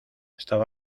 estaba